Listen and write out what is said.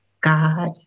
God